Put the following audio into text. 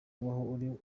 kubaho